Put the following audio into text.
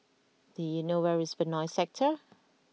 do you know where is Benoi Sector